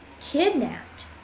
kidnapped